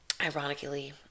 Ironically